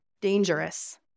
dangerous